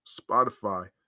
Spotify